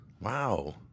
Wow